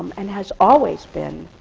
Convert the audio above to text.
and has always been.